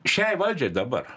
šiai valdžiai dabar